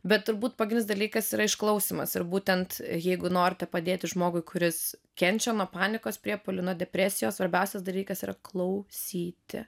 bet turbūt pagrindinis dalykas yra išklausymas ir būtent jeigu norite padėti žmogui kuris kenčia nuo panikos priepuolių nuo depresijos svarbiausias dalykas yra klausyti